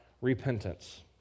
repentance